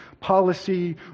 policy